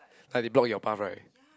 plus they block your path right